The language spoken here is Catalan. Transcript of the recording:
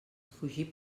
fugir